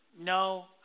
no